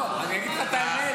לא, אני אגיד לך את האמת.